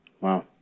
Wow